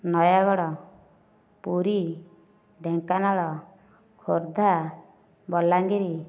Nayagarh Puri Dhenkanal Khordha Balangir